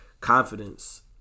confidence